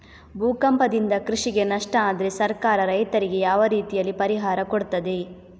ಭೂಕಂಪದಿಂದ ಕೃಷಿಗೆ ನಷ್ಟ ಆದ್ರೆ ಸರ್ಕಾರ ರೈತರಿಗೆ ಯಾವ ರೀತಿಯಲ್ಲಿ ಪರಿಹಾರ ಕೊಡ್ತದೆ?